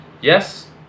Yes